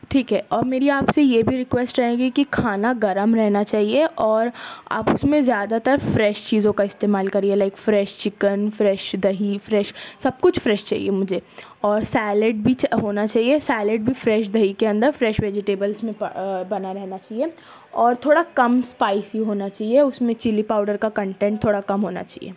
ٹھیک ہے اور میری آپ سے یہ بھی ریکویسٹ رہے گی کہ کھانا گرم رہنا چاہیے اور آپ اس میں زیادہ تر فریش چیزوں کا استعمال کریے لائک فریش چکن فریش دہی فریش سب کچھ فریش چاہیے مجھے اور سیلیڈ بھی ہونا چاہیے سیلیڈ بھی فریش دہی کے اندر فریش ویجیٹبلس میں بنا رہنا چاہیے اور تھوڑا کم اسپائسی ہونا چاہیے اس میں چلی پاؤڈر کا کنٹنٹ تھوڑا کم ہونا چاہیے